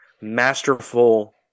masterful